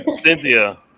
Cynthia